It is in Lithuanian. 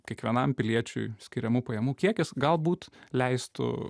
kiekvienam piliečiui skiriamų pajamų kiekis galbūt leistų